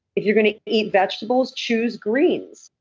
if you're going to eat vegetables, choose greens.